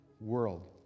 world